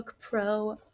Pro